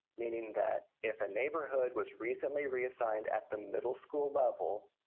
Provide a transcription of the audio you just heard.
meaning that if a neighborhood was recently reassigned at the middle school level,